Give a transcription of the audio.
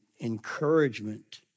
encouragement